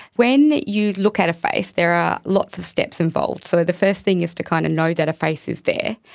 when you look at a face there are lots of steps involved. so the first thing is to kind of know that a face is there,